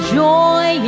joy